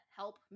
help